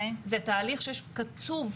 זה תהליך קצוב.